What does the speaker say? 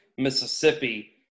Mississippi